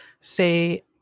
say